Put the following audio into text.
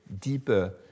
deeper